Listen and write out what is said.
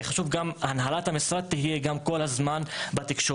כי חשוב שהנהלת המשרד תהיה גם כל הזמן בתקשורת.